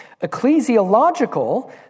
Ecclesiological